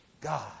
God